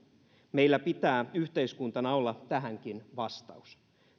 meillä pitää yhteiskuntana olla tähänkin vastaus